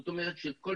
זאת אומרת שכל